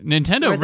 Nintendo